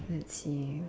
let's see